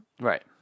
Right